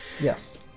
Yes